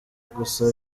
gusa